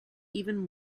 even